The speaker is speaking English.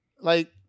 Like-